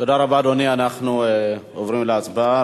תודה רבה, אדוני, אנחנו עוברים להצבעה.